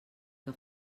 que